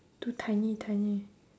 two tiny tiny